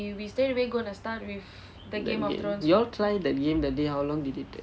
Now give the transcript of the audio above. you all try the game that day how long did it take